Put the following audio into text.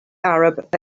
arab